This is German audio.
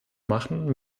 machen